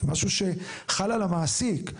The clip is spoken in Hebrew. משהו שחל על המעסיק.